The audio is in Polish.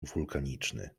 wulkaniczny